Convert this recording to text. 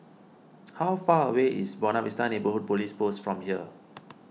how far away is Buona Vista Neighbourhood Police Post from here